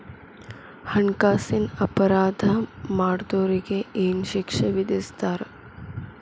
ಹಣ್ಕಾಸಿನ್ ಅಪರಾಧಾ ಮಾಡ್ದೊರಿಗೆ ಏನ್ ಶಿಕ್ಷೆ ವಿಧಸ್ತಾರ?